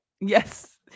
yes